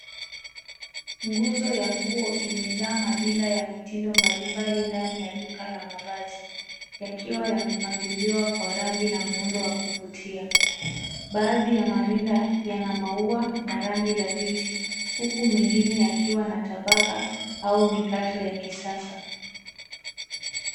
Nguzo ya nguo imejaa marinda ya mitindo mbalimbali ndani ya duka la mavazi yakiwa yamepangiliwa kwa rangi na muundo wa kuvutia. Baadhi ya marinda yana maua na rangi dhabiti huku mengine yakiwa na tabaka au mikato ya kisasa.